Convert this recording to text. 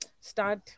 start